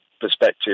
perspective